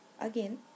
again